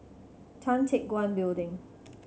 Tan Teck Guan Building